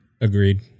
Agreed